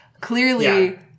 clearly